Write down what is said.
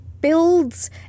builds